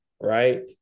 right